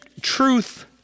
truth